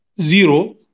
zero